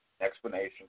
explanation